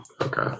Okay